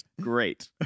Great